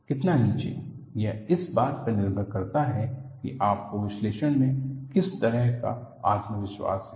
कितना नीचेयह इस बात पर निर्भर करता है कि आपको विश्लेषण में किस तरह का आत्मविश्वास है